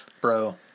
bro